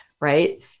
Right